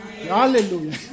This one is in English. Hallelujah